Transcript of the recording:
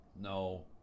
No